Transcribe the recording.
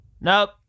Nope